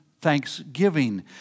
thanksgiving